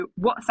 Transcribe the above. WhatsApp